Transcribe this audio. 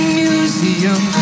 museum